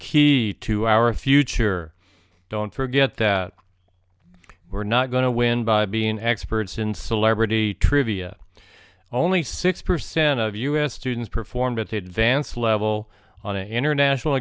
key to our future don't forget that we're not going to win by being experts in celebrity trivia only six percent of u s students performed at the advanced level on a international